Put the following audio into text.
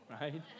right